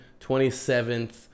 27th